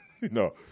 No